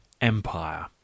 empire